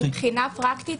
מבחינה פרקטית,